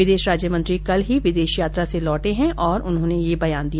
विदेश राज्यमंत्री कल ही विदेश यात्रा से लौटे और उन्होंने ये बयान दिया